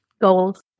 Goals